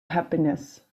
happiness